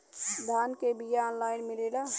धान के बिया ऑनलाइन मिलेला?